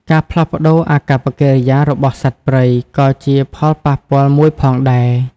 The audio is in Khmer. ការផ្លាស់ប្តូរអាកប្បកិរិយារបស់សត្វព្រៃ ក៏ជាផលប៉ះពាល់មួយផងដែរ។